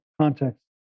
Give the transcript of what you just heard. context